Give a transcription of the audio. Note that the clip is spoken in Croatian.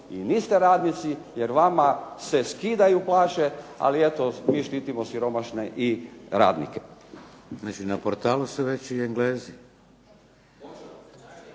i niste radnici jer vama se skidaju plaće. Ali eto mi štitimo siromašne i radnike.